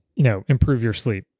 you know improve your sleep.